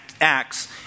acts